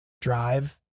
drive